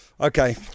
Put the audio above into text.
Okay